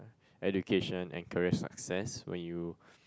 education and career success when you